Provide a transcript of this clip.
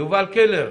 יובל קלר,